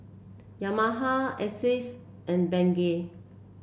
Yamaha Asus and Bengay